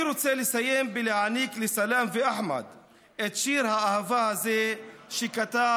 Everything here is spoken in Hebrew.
היא להקמת ועדת חקירה פרלמנטרית בנושא הפשיעה בקרב האוכלוסייה הערבית.